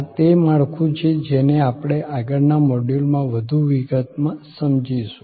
આ તે માળખું છે જેને આપણે આગળના મોડ્યુલમાં વધુ વિગતમાં સમજીશું